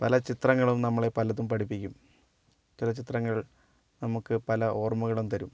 പല ചിത്രങ്ങളും നമ്മളെ പലതും പഠിപ്പിക്കും ചില ചിത്രങ്ങൾ നമുക്ക് പല ഓർമകളും തരും